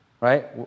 Right